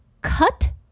cut